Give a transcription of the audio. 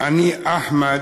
"אני אחמד,